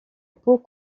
pau